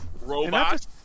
Robot